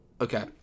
okay